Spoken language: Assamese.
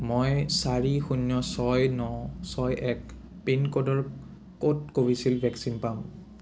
মই চাৰি শূন্য ছয় ন ছয় এক পিনক'ডৰ ক'ত কোভিচিল্ড ভেকচিন পাম